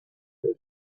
who